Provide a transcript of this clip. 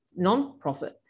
nonprofit